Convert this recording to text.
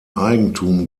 eigentum